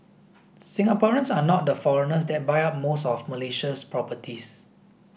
Singaporeans are not the foreigners that buy up most of Malaysia's properties